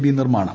B നിർമ്മാണം